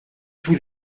tous